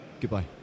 goodbye